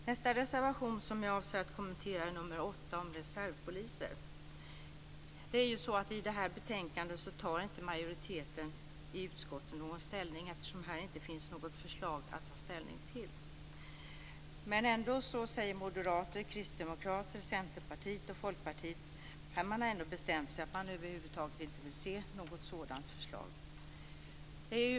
Nästa reservation som jag avser att kommentera är nr 8 om reservpoliser. I det här betänkandet tar inte majoriteten i utskottet ställning till detta, eftersom det inte finns något förslag att ta ställning till. Men ändå har moderater, kristdemokrater, centerpartister och folkpartister bestämt sig för att man över huvud taget inte vill se något sådant förslag.